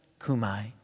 Kumai